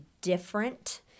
different